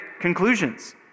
conclusions